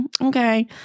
okay